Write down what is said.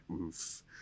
oof